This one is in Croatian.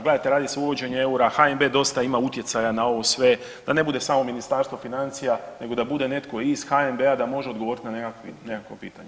Gledajte radi se uvođenje eura, HNB dosta ima utjecaja na ovo sve, da ne bude samo Ministarstvo financija, nego da bude netko i iz HNB-a, da može odgovoriti na nekakvo pitanje.